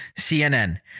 CNN